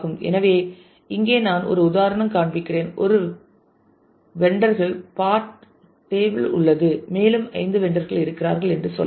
எனவே இங்கே நான் ஒரு உதாரணம் காண்பிக்கிறேன் ஒரு வெண்டர் கள் பார்ட் டேபிள் உள்ளது மேலும் 5 வெண்டர் கள் இருக்கிறார்கள் என்று சொல்லலாம்